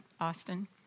Austin